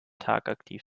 tagaktiv